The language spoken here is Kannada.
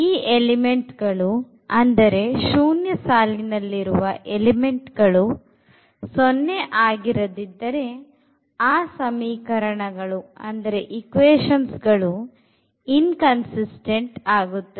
ಈ ಎಲಿಮೆಂಟ್ ಗಳು ಅಂದರೆ ಶೂನ್ಯ ಸಾಲಿನಲ್ಲಿರುವ ಎಲಿಮೆಂಟ್ ಗಳು 0 ಆಗಿರದಿದ್ದರೆ ಆ ಸಮೀಕರಣಗಳು ಇನ್ಕನ್ಸಿಸ್ಟ್೦ಟ್ ಆಗುತ್ತದೆ